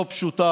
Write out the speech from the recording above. לא פשוטה,